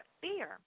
fear